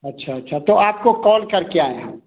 अच्छा अच्छा तो आपको कॉल कर के आएँ हम